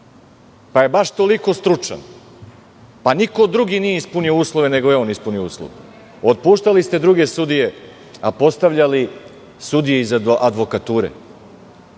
Pa je baš toliko stručan? Pa niko drugi nije ispunio uslove, nego je on ispunio uslove? Otpuštali ste druge sudije, a postavljali sudije iz advokature. Nemojte